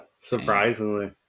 Surprisingly